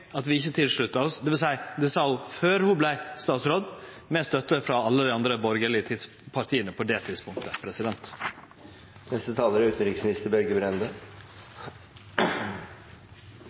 at vi ikkje sluttar oss til – det vil seie: dette sa ho før ho vart statsråd, med støtte frå alle dei andre borgarlege partia på det tidspunktet. Spørsmålet som drøftes i denne meldingen, er